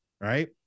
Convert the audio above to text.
right